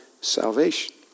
salvation